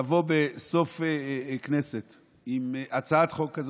לבוא בסוף כנסת עם הצעת חוק כזאת,